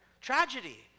Tragedy